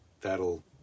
that'll